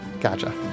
Gotcha